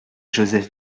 joseph